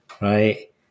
right